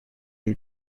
new